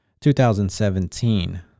2017